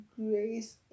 grace